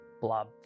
blob